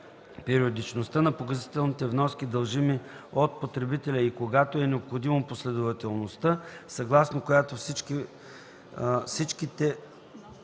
периодичността на погасителните вноски, дължими от потребителя, и когато е необходимо, последователността, съгласно която вноските